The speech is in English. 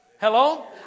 Hello